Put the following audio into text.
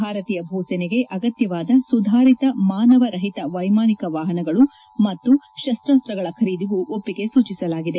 ಭಾರತೀಯ ಭೂಸೇನೆಗೆ ಅಗತ್ಹವಾದ ಸುಧಾರಿತ ಮಾನವರಹಿತ ವೈಮಾನಿಕ ವಾಹನಗಳು ಮತ್ತು ಶಸ್ತಾಸ್ತಗಳ ಖರೀದಿಗೂ ಒಪ್ಪಿಗೆ ಸೂಚಿಸಲಾಗಿದೆ